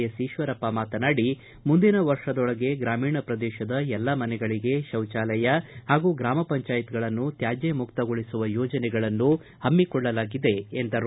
S Eshwarappa ಮಾತನಾಡಿ ಮುಂದಿನ ವರ್ಷದೊಳಗೆ ಗ್ರಾಮೀಣ ಪ್ರದೇಶದ ಎಲ್ಲ ಮನೆಗಳಿಗೆ ಶೌಚಾಲಯ ಹಾಗೂ ಗ್ರಾಮ ಪಂಚಾಯತ್ ಗಳನ್ನು ತ್ಯಾಜ್ಯ ಮುಕ್ತ ಗೊಳಿಸುವ ಯೋಜನೆಗಳನ್ನು ಹಮ್ಮಿ ಕೊಳ್ಳಲಾಗಿದೆ ಎಂದರು